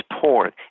porn